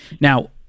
Now